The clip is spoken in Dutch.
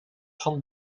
van